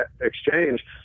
exchange